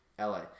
LA